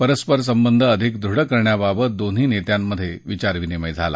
परस्पर संबंध अधिक दृढ करण्याबाबत दोन्ही नेत्यांमध्ये विचारविनिमय झाला